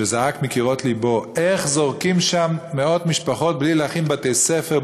שזעק מקירות לבו איך זורקים שם מאות משפחות בלי להכין בתי-ספר,